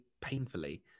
painfully